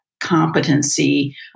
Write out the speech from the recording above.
competency